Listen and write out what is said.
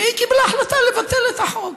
וקיבלה החלטה לבטל את החוק.